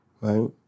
Right